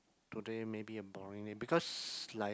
today maybe a boring day because like